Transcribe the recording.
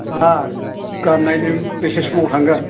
आ गान नायनो बेसे समाव थांगोन